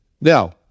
Now